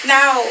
Now